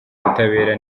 ubutabera